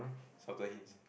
subtle hints